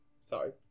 Sorry